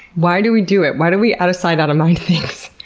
why do we do it? why do we out-of-sight-out-of-mind things?